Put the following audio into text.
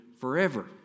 forever